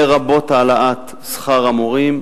לרבות העלאת שכר המורים,